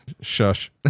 Shush